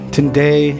Today